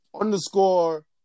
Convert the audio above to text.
Underscore